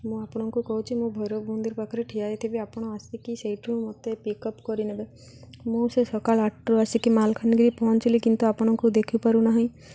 ମୁଁ ଆପଣଙ୍କୁ କହୁଛି ମୋ ଭୈରବ ମନ୍ଦିର ପାଖରେ ଠିଆ ହୋଇଥିବି ଆପଣ ଆସିକି ସେଇଠୁ ମୋତେ ପିକ୍ ଅପ୍ କରିନେବେ ମୁଁ ସେ ସକାଳ ଆଠରୁ ଆସିକି ମାଲକାନଗିରି ପହଞ୍ଚିଲି କିନ୍ତୁ ଆପଣଙ୍କୁ ଦେଖିପାରୁନାହିଁ